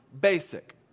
basic